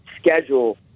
schedule